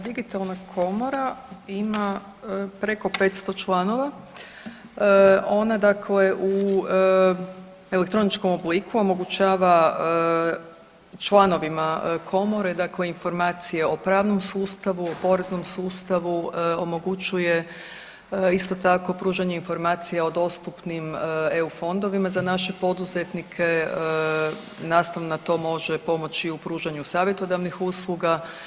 Digitalna komora ima preko 500 članova, ona dakle u elektroničkom obliku omogućava članovima komore dakle informacije o pravnom sustavu, poreznom sustavu, omogućuje isto tako pružanje informacija o dostupnim EU fondovima za naše poduzetnike, nastavno na to može pomoći u pružanju savjetodavnih usluga.